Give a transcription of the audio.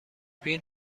بین